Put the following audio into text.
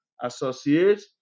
associate